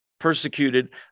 persecuted